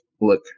look